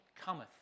cometh